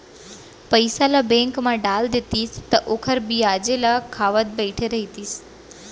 पइसा ल बेंक म डाल देतिस त ओखर बियाजे ल खावत बइठे रहितिस